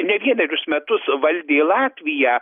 ne vienerius metus valdė latviją